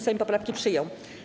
Sejm poprawki przyjął.